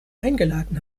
eingeladen